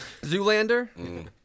Zoolander